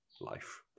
life